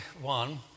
one